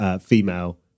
female